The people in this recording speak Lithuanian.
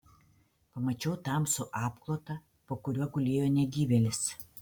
pamačiau tamsų apklotą po kuriuo gulėjo negyvėlis